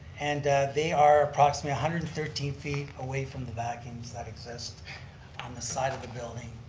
and they are approximately hundred and thirteen feet away from the vacuums that exist on the side of the building.